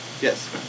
Yes